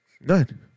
None